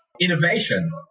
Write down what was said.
innovation